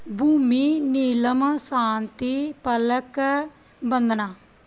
Bhumi Neelam Shanti Palak Bandana